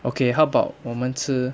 okay how about 我们吃